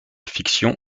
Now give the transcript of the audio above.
fiction